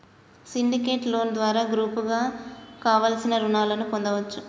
syndicate loan ద్వారా గ్రూపుగా కావలసిన రుణాలను పొందచ్చు